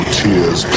tears